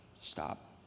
stop